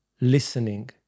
listening